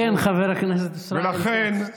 כן, חבר הכנסת ישראל כץ.